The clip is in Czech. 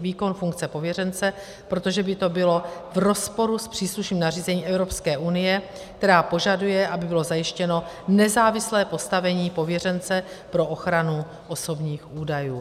výkon funkce pověřence, protože by to bylo v rozporu s příslušným nařízením Evropské unie, která požaduje, aby bylo zajištěno nezávislé postavení pověřence pro ochranu osobních údajů.